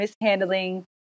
mishandling